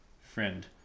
friend